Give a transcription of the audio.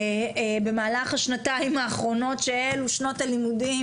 במהלך השנתיים האחרונות שאלו שנות הלימודים,